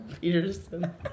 Peterson